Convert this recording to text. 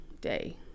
day